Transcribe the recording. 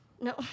No